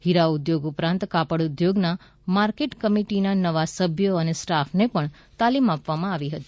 હીરા ઉદ્યોગ ઉપરાંત કાપડ ઉદ્યોગના માર્કેટ કમિટી નવા સભ્યો અને સ્ટાફને પણ તાલીમ આપવામાં આવી હતી